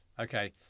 Okay